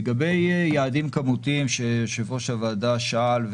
לגבי יעדים כמותיים שיושב-ראש הוועדה שאל.